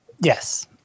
Yes